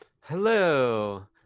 Hello